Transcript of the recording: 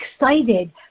excited